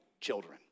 children